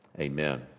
amen